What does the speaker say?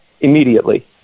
immediately